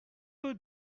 peu